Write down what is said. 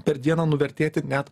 per dieną nuvertėti net